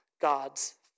God's